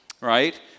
right